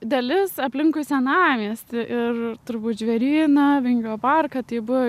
dalis aplinkui senamiestį ir turbūt žvėryną vingio parką tai buvo